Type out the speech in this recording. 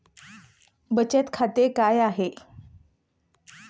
बचत खाते काय आहे?